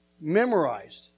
Memorized